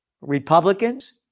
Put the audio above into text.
Republicans